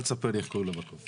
אל תספר לי איך קוראים למקום.